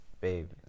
babe